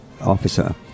officer